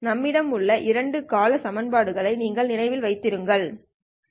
நம்மிடம் உள்ள இரண்டு கால சமன்பாடுகளை நீங்கள் நினைவில் வைத்திங்ருகள்